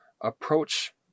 approach